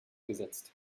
gesetzt